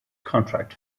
contract